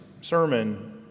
sermon